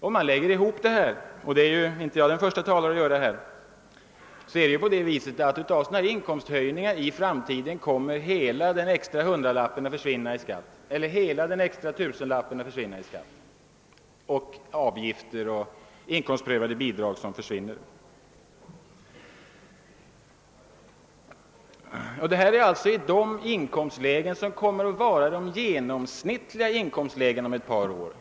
Om man lägger ihop allt detta — och jag är inte den förste som gör det — finner man att hela inkomsthöjningen på 100 eller 1000 kr. i framtiden kommer att gå till skatt och avgifter eller försvinna därför att man inte längre får några inkomstprövade bidrag. Och detta gäller för de inkomster som om ett par år kommer att ligga i de genomsnittliga lägena.